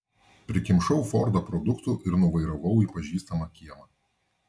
prikimšau fordą produktų ir nuvairavau į pažįstamą kiemą